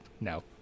No